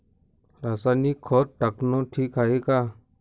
रासायनिक खत टाकनं ठीक हाये का?